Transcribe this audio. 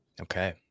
Okay